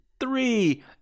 three